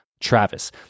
Travis